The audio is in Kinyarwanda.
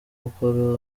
gukora